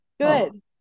Good